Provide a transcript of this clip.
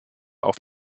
auf